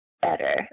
better